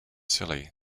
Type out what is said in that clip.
silly